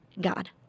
God